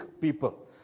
people